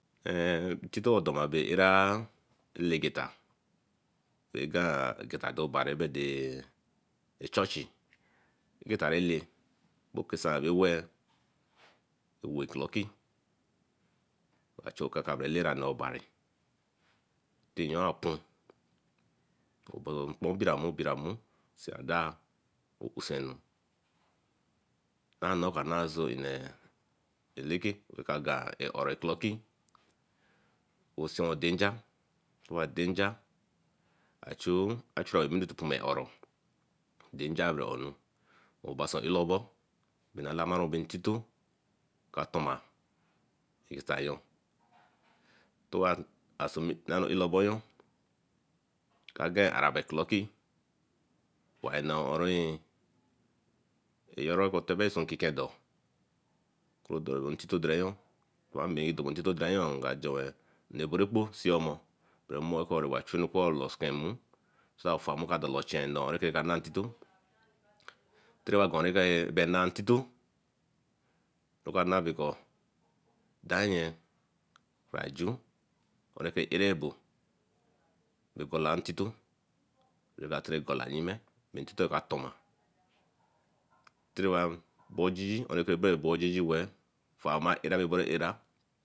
Ulm inteto dor ma beh era legeta ega obari gede churchi eqera rele kisan be ewe ewo clocki, oka chu okaka bra elera neẽ obari tinyo apun boso nkpon biramu biramu, shen adae, usenu da nah o kanah so bai eka gwan ore-clocki wo deen nja achu dre o base elabor ba nasarun bun intito ka torma intayo. Tora nanuelaboyo oka are araba clocki wa bra nah onre ke tebe intite dor wey donin intito dereyo nga jowen one reberekpo seomo bremoko baren chu anuko to ecken Amu so that of armu ka dala oche noor oon reka ka naw intèto tera reka glan eon reka nah intito dašnye Kaju onnée ra Kee areee abo gola ünisto raka telle gola inyime beh inteto bah toma. Tore ma bo geegy weea wa era bo kparun.